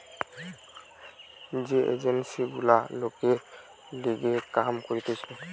যে এজেন্সি গুলা লোকের লিগে কাম করতিছে